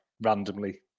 randomly